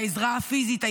העזרה הפיזית,